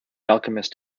alchemist